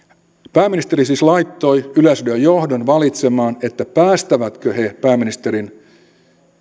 pääministeri siis laittoi yleisradion johdon valitsemaan että päästävätkö he pääministerin hyvin dramaattisesti